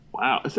Wow